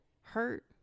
hurt